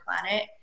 planet